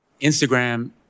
Instagram